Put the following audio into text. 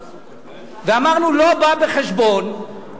ואמרנו: לא בא בחשבון,